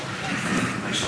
גברתי היושבת-ראש,